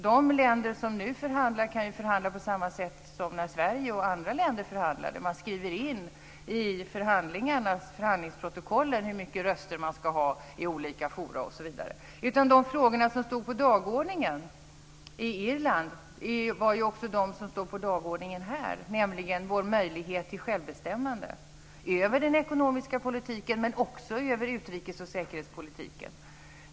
De länder som nu förhandlar kan förhandla på samma sätt som Sverige och andra länder förhandlade. Man skriver in i förhandlingsprotokollen hur många röster man ska ha i olika forum osv. De frågorna som stod på dagordningen i Irland var också de som stod på dagordningen här, nämligen vår möjlighet till självbestämmande över den ekonomiska politiken men också över utrikes och säkerhetspolitiken.